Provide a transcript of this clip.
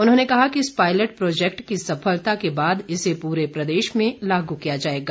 उन्होंने कहा कि इस पायलट प्रोजैक्ट की सफलता के बाद इसे पूरे प्रदेश में लागू किया जाएगा